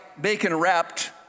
bacon-wrapped